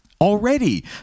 Already